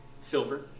silver